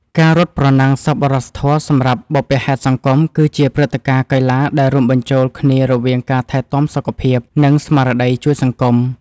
ការរត់ប្រណាំងសប្បុរសធម៌សម្រាប់បុព្វហេតុសង្គម គឺជាព្រឹត្តិការណ៍កីឡាដែលរួមបញ្ចូលគ្នារវាងការថែទាំសុខភាព និងស្មារតីជួយសង្គម។